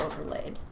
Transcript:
overlaid